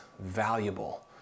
valuable